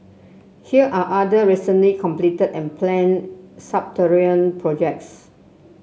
here are other recently completed and planned subterranean projects